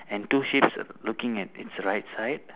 and two sheeps looking at its right side